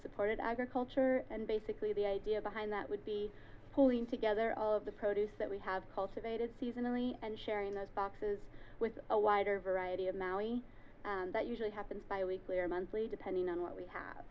supported agriculture and basically the idea behind that would be pooling together of the produce that we have cultivated seasonally and sharing those boxes with a wider variety of maui that usually happens by weekly or monthly depending on what we